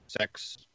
sex